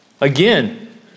Again